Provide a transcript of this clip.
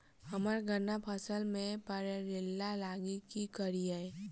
हम्मर गन्ना फसल मे पायरिल्ला लागि की करियै?